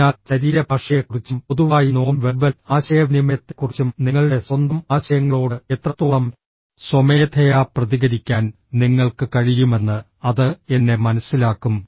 അതിനാൽ ശരീരഭാഷയെക്കുറിച്ചും പൊതുവായി നോൺ വെർബൽ ആശയവിനിമയത്തെക്കുറിച്ചും നിങ്ങളുടെ സ്വന്തം ആശയങ്ങളോട് എത്രത്തോളം സ്വമേധയാ പ്രതികരിക്കാൻ നിങ്ങൾക്ക് കഴിയുമെന്ന് അത് എന്നെ മനസ്സിലാക്കും